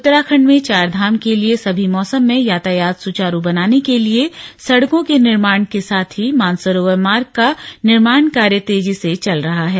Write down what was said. उत्तराखंड में चारधाम के लिए सभी मौसम में यातायात सुचारू बनाने के लिए सड़कों के निर्माण के साथ ही मानसरोवर मार्ग का निर्माण कार्य तेजी से चल रहा है